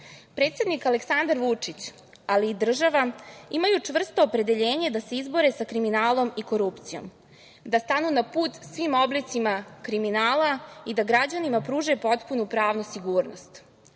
njima. Predsednik Aleksandar Vučić, ali i država imaju čvrsto opredeljenje da se izbore sa kriminalom i korupcijom, da stanu na put svim oblicima kriminala i da građanima pruže potpunu pravnu sigurnost.